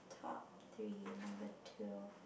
taught three number two